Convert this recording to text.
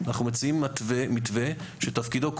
אנחנו מציעים מתווה שתפקידו,